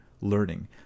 learning